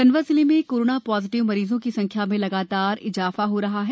खण्डवा जिले में corona positive मरीजों की संख्या में लगातार इजाफा हो रहा है